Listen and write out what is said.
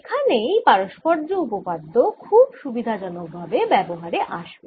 এখানেই পারস্পর্য্য উপপাদ্য খুব সুবিধাজনক ভাবে ব্যবহারে আসবে